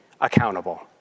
accountable